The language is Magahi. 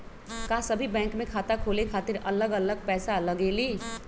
का सभी बैंक में खाता खोले खातीर अलग अलग पैसा लगेलि?